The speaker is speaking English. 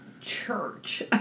church